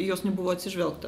į jos nebuvo atsižvelgta